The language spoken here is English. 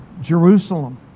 Jerusalem